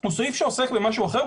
הוא סעיף שעוסק במשהו אחר,